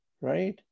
Right